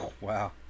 Wow